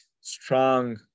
strong